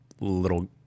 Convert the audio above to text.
little